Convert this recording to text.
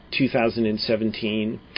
2017